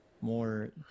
more